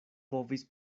povis